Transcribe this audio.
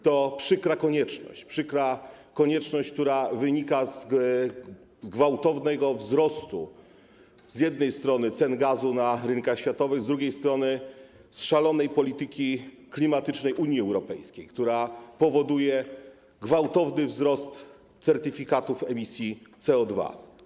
To przykra konieczność, która wynika z gwałtownego wzrostu z jednej strony cen gazu na rynkach światowych, z drugiej strony z szalonej polityki klimatycznej Unii Europejskiej, która powoduje gwałtowny wzrost certyfikatów emisji CO2.